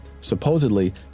Supposedly